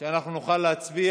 כדי שאנחנו נוכל להצביע.